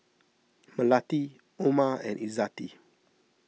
Melati Omar and Izzati